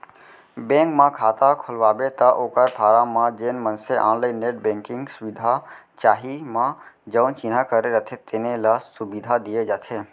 bank म खाता खोलवाबे त ओकर फारम म जेन मनसे ऑनलाईन नेट बेंकिंग सुबिधा चाही म जउन चिन्हा करे रथें तेने ल सुबिधा दिये जाथे